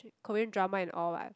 Korean drama and all what